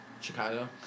Chicago